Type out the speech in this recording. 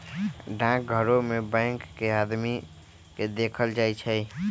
डाकघरो में बैंक के आदमी के देखल जाई छई